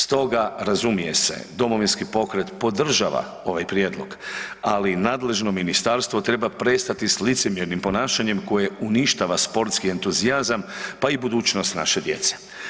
Stoga razumije se, Domovinski pokret podržava ovaj prijedlog ali nadležno ministarstvo treba prestati s licemjernim ponašanjem koje uništava sportski entuzijazam pa i budućnost naše djece.